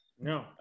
No